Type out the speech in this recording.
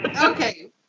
Okay